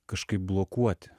kažkaip blokuoti